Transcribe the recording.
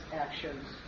actions